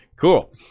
cool